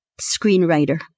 screenwriter